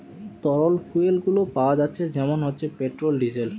তরল ফুয়েল গুলো পাওয়া যাচ্ছে যেমন হচ্ছে পেট্রোল, ডিজেল